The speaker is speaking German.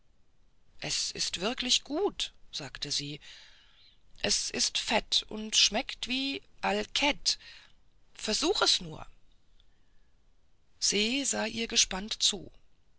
es ist wirklich gut sagte sie es ist fett und schmeckt wie al keht versuch es nur se sah ihr gespannt zu